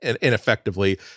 ineffectively